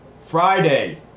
Friday